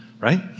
right